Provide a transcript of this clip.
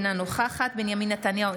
אינה נוכחת בנימין נתניהו,